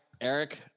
Eric